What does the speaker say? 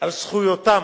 על זכויותיהם,